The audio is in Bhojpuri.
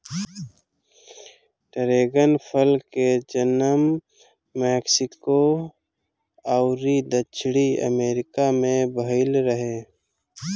डरेगन फल के जनम मेक्सिको अउरी दक्षिणी अमेरिका में भईल रहे